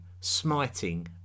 smiting